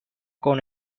con